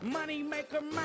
Moneymaker